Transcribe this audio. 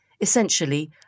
essentially